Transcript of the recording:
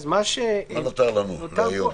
מה נותר לנו להיום?